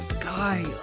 guy